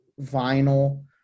vinyl